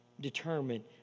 determined